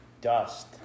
dust